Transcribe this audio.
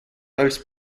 als